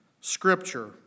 Scripture